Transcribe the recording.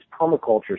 permaculture